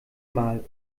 mal